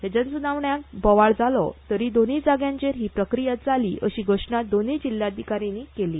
ह्या जनसुनावण्याक बोवाळ जालो तरीय दोनूय जाग्यांचेर ही प्रक्रिया जाली अशी घोशणां दोनूय जिल्होधिका यांनी केली